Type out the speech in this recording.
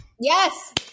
Yes